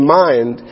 mind